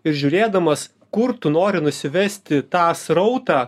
ir žiūrėdamas kur tu nori nusivesti tą srautą